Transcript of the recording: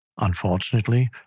Unfortunately